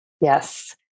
Yes